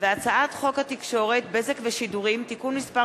הצעת חוק התקשורת (בזק ושידורים) (תיקון מס'